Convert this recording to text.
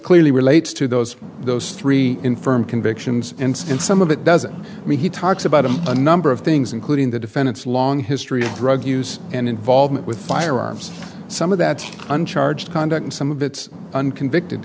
clearly relates to those those three in firm convictions and in some of it doesn't mean he talks about i'm a number of things including the defendant's long history of drug use and involvement with firearms some of that uncharged conduct some of its unconvi